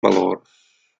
valors